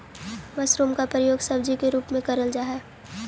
mushroom का प्रयोग सब्जी के रूप में करल हई